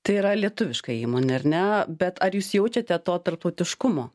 tai yra lietuviška įmonė ar ne bet ar jūs jaučiate to tarptautiškumo